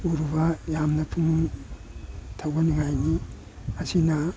ꯎꯔꯨꯕ ꯌꯥꯝꯅ ꯄꯨꯛꯅꯤꯡ ꯊꯧꯒꯠꯅꯤꯡꯉꯥꯏꯅꯤ ꯑꯁꯤꯅ